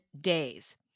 days